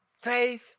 faith